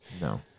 No